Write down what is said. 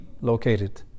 located